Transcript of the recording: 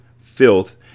filth